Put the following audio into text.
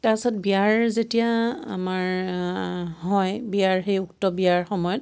তাৰ পাছত বিয়াৰ যেতিয়া আমাৰ হয় বিয়াৰ সেই উক্ত বিয়াৰ সময়ত